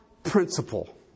principle